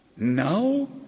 Now